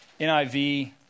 NIV